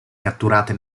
catturate